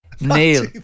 Neil